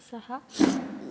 सः